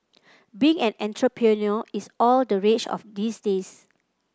being an entrepreneur is all the rage of these days